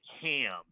ham